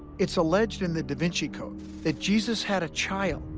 it's alleged in the da vinci code that jesus had a child,